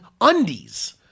undies